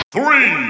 Three